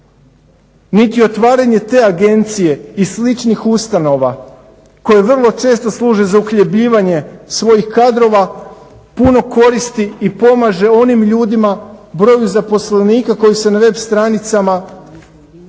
Niti otvaranje te agencije i sličnih ustanova koje vrlo često služe za uhljebljivanje svojih kadrova puno koristi i pomaže onim ljudima, broju zaposlenika koji se na web stranicama ovog